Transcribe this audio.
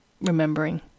remembering